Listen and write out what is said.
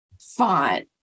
font